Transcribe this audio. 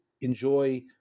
enjoy